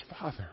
Father